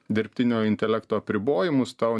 dirbtinio intelekto apribojimus tau